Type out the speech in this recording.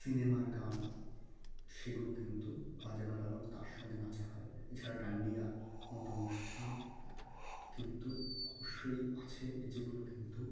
সিনেমার গান সেগুলো কিন্তু বাজানো হয় এবং তার সঙ্গে নাচা হয় এছাড়া ডান্ডিয়ার মতো অনুষ্ঠান কিন্তু অবশ্যই আছে যেগুলো কিন্তু